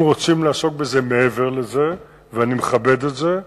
אם רוצים לעסוק בזה מעבר לזה, ואני מכבד את זה,